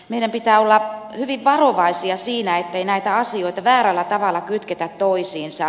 meidän pitää olla hyvin varovaisia siinä ettei näitä asioita väärällä tavalla kytketä toisiinsa